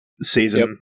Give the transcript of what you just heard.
season